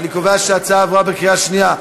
אני קובע שההצעה עברה בקריאה שנייה.